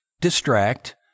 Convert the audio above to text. distract